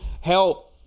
help